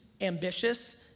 ambitious